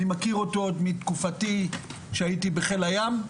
אני מכיר אותו עוד מתקופתי, כשהייתי בחיל הים,